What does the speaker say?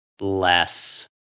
less